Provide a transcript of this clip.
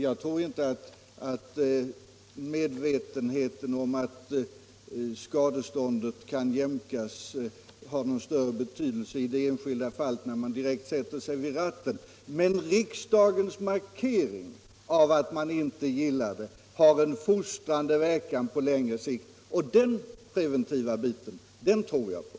Jag tror inte att medvetandet om att skadeståndet kan jämkas har någon större betydelse i det enskilda fallet när man sätter sig vid ratten. Men riksdagens markering av att man inte gillar alkohol vid ratten har en fostrande verkan på längre sikt och den preventiva effekten tror jag på.